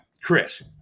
chris